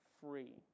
free